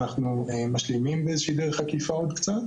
אנחנו משלימים עוד קצת בדרך עקיפה.